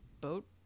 boat